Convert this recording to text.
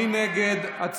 מי נגד?